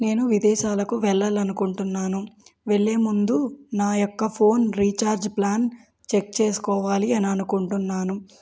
నేను విదేశాలకు వెళ్ళాలి అనుకుంటున్నాను వెళ్లే ముందు నా యొక్క ఫోన్ రీఛార్జ్ ప్లాన్ చెక్ చేసుకోవాలి అని అనుకుంటున్నాను